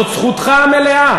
זאת זכותך המלאה.